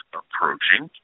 approaching